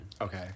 Okay